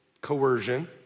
coercion